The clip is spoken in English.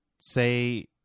say